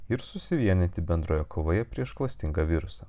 ir susivienyti bendroje kovoje prieš klastingą virusą